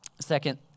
Second